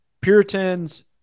Puritans